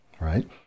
right